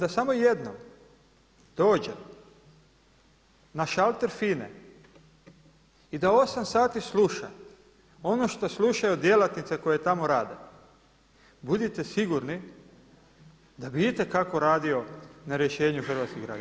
A da samo jednom dođe na šalter FINA-e i da 8 sati sluša ono što slušaju djelatnice koje tamo rade, budite sigurni da bi itekako radio na rješenju hrvatskih građana.